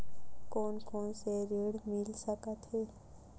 कोन कोन से ऋण मिल सकत हे?